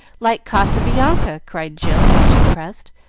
like casabianca! cried jill, much impressed,